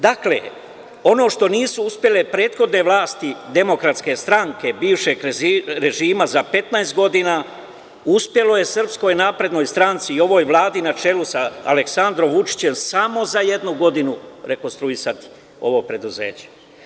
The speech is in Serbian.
Dakle, ono što nisu uspele prethodne vlasti DS bivšeg režima za 15 godina, uspelo je SNS i ovoj Vladi na čelu sa Aleksandrom Vučićem samo za jednu godinu rekonstruisati ovo preduzeće.